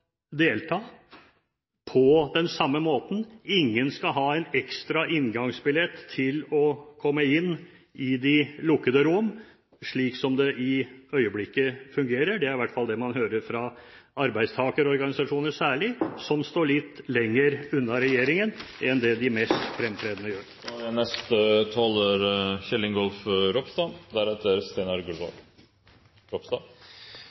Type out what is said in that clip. ha en ekstra inngangsbillett til å komme inn i de lukkede rom, slik det for øyeblikket fungerer. Det er i hvert fall det man hører fra arbeidstakerorganisasjoner, særlig de som står litt lenger unna regjeringen enn det de mest fremtredende gjør. Jeg må først begynne med å si at det er